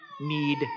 need